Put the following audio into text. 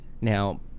now